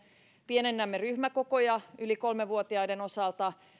pienennämme ryhmäkokoja yli kolmevuotiaiden osalta